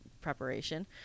preparation